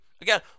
Again